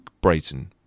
Brayton